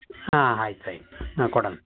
ಹಾಂ ಆಯ್ತ್ ಆಯ್ತು ಹಾಂ ಕೊಡೋಣ